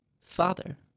Father